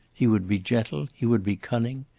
he would be gentle, he would be cunning.